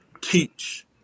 teach